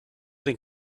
den